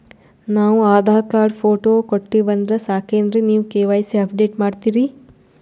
ನಾವು Aadhaar card, photo ಕೊಟ್ಟೀವಂದ್ರ ಸಾಕೇನ್ರಿ ನೀವ ಕೆ.ವೈ.ಸಿ ಅಪಡೇಟ ಮಾಡ್ತೀರಿ?